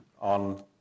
on